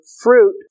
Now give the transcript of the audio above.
fruit